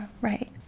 right